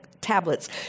tablets